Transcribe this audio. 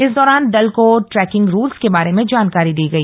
इस दौरान दल को टैकिंग रूल्स के बारे में जानकारी दी गई